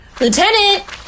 Lieutenant